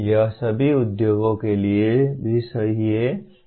यह सभी उद्योगों के लिए भी सही है